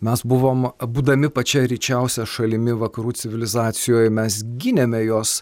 mes buvom būdami pačia ryčiausia šalimi vakarų civilizacijoj mes gynėme jos